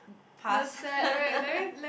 pass